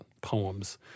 poems